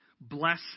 Bless